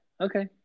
Okay